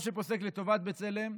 או שפוסק לטובת בצלם,